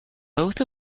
both